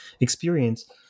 experience